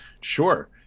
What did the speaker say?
sure